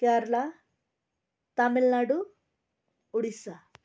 Kerala Tamil Nadu Odisha